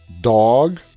Dog